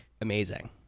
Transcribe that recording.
amazing